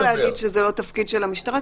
אי אפשר להגיד שזה לא תפקיד של המשטרה,